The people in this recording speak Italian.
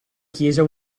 chiesa